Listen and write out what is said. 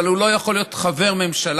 אבל הוא לא יכול להיות חבר ממשלה,